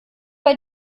bei